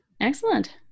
Excellent